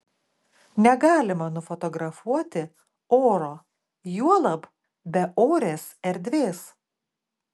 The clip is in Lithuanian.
negalima nufotografuoti oro juolab beorės erdvės